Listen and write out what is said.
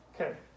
Okay